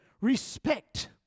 respect